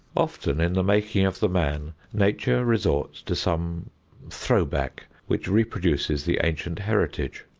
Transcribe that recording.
often in the making of the man nature resorts to some throw-back which reproduces the ancient heritage.